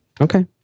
okay